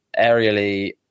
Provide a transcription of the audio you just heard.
aerially